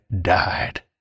died